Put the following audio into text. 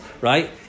right